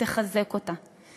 תחזק אותה.